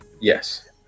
Yes